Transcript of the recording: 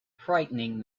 frightening